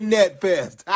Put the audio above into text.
Netfest